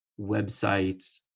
websites